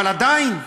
אבל עדיין,